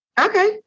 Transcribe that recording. Okay